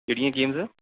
ਕਿਹੜੀਆਂ ਗੇਮਸ